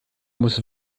muss